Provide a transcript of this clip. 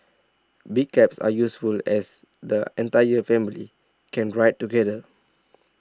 big cabs are useful as the entire family can ride together